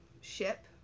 ship